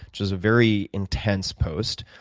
which was a very intense post,